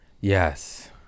yes